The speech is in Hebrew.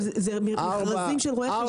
אבל אלה מכרזים של רואי חשבון.